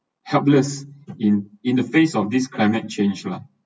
helpless in in the face of this climate change lah